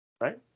Right